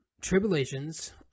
tribulations